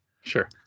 Sure